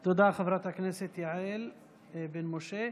תודה, חברת הכנסת יעל בן משה.